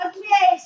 Okay